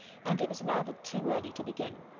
and it was rather too early to begin.